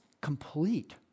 complete